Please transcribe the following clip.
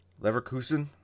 Leverkusen